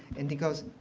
and he goes,